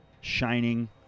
shining